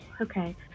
Okay